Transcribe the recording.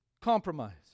Compromise